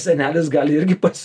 senelis gali irgi pats